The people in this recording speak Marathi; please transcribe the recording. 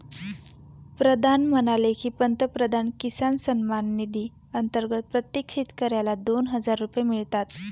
प्रधान म्हणाले की, पंतप्रधान किसान सन्मान निधी अंतर्गत प्रत्येक शेतकऱ्याला दोन हजार रुपये मिळतात